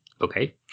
okay